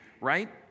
right